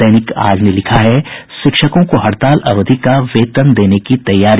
दैनिक आज ने लिखा है शिक्षकों को हड़ताल अवधि का वेतन देने की तैयारी